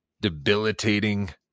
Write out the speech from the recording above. debilitating